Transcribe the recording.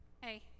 Hey